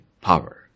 power